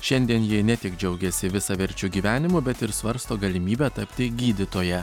šiandien ji ne tik džiaugiasi visaverčiu gyvenimu bet ir svarsto galimybę tapti gydytoja